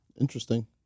Interesting